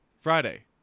Friday